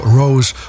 rose